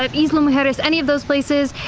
um isla mujeres, any of those places,